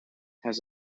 has